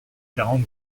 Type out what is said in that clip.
quarante